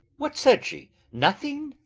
what said she? nothing?